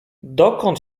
dokąd